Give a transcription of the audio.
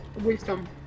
Wisdom